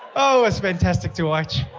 oh, it was fantastic to watch.